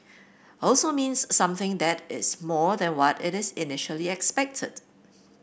also means something that is more than what it is initially expected